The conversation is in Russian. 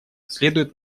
следует